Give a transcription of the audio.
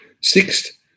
Sixth